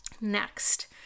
next